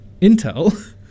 Intel